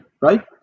right